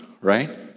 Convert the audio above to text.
right